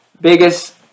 biggest